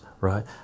right